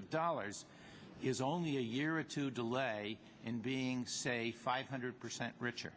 of dollars is only a year or two delay in being say five hundred percent richer